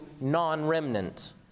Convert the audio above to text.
non-remnant